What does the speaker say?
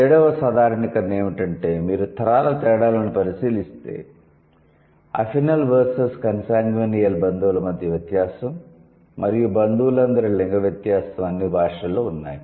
ఏడవ సాధారణీకరణ ఏమిటంటే మీరు తరాల తేడాలను పరిశీలిస్తే అఫినల్ వర్సెస్ కన్సాన్గ్యినియల్ బంధువుల మధ్య వ్యత్యాసం మరియు బంధువులందరి లింగ వ్యత్యాసం అన్ని భాషలలో ఉన్నాయి